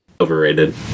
overrated